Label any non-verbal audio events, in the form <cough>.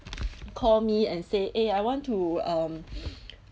call me and say eh I want to um <breath>